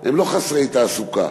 הם לא חסרי תעסוקה.